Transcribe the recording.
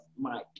Mike